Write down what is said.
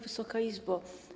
Wysoka Izbo!